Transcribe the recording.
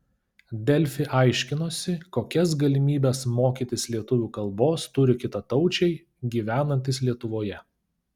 delfi aiškinosi kokias galimybes mokytis lietuvių kalbos turi kitataučiai gyvenantys lietuvoje